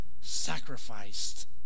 sacrificed